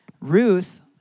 Ruth